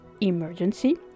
Emergency